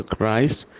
Christ